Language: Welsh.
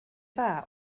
dda